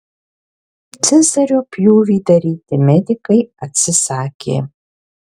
cezario pjūvį daryti medikai atsisakė